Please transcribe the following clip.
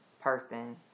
person